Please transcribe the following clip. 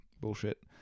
bullshit